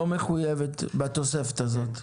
לא מחויבת בתוספת הזאת.